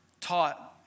taught